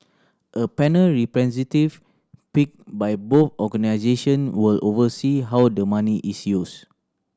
a panel representative picked by both organisation will oversee how the money is used